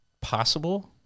possible